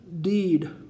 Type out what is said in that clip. deed